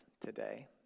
today